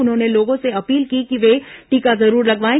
उन्होंने लोगों से अपील की कि वे टीका जरूर लगवाएं